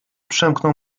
przemknął